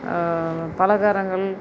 பலகாரங்கள்